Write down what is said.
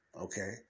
Okay